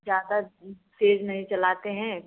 ज़्यादा तेज़ नहीं चलाते हैं